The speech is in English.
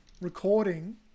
recording